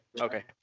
Okay